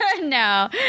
No